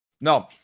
No